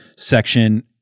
section